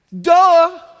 Duh